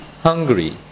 Hungry